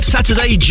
Saturday